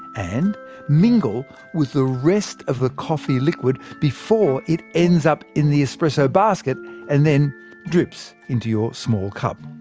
and mingle with the rest of the coffee liquid before it ends up in the espresso basket and then drip so into your small cup.